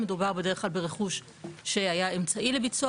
מדובר בדרך כלל ברכוש שהיה אמצעי לביצוע